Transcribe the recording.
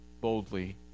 boldly